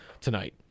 tonight